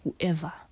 whoever